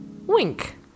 Wink